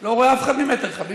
לא רואה אף אחד ממטר, חביבי.